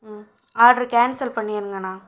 Aam order cancel பண்ணிடுங்கண்ணா